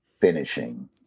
Finishing